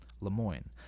Lemoyne